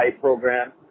program